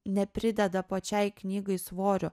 neprideda pačiai knygai svorio